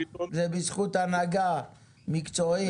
זה בזכות הנהגה מקצועית.